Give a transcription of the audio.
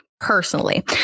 Personally